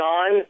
on